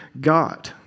God